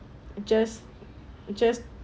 just just